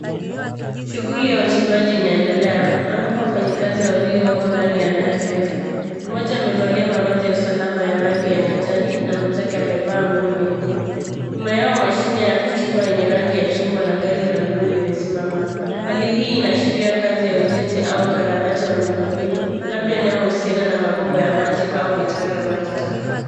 Shughuli ya uchimbaji inaendelea ambapo wafanyikazi wawili wako ndani ya handaki refu. Moja amevalia mavazi ya usalama ya rangi ya kijani na mwenzake amevaa nguo nyekundu. Nyuma yao mashine ya kuchimba yenye rangi ya chungwa na gari la buluu imesimama. Hali hii inaashiria kazi ya ujenzi au ukarabati wa miundombinu labda inayohusiana na mabomba ya maji au mitaro ya maji taka.